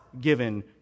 given